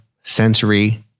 sensory